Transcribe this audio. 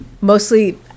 mostly